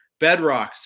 bedrocks